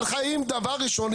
אבל חייבים דבר ראשון,